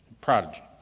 prodigy